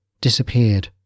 disappeared